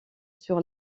sur